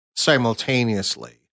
simultaneously